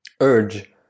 urge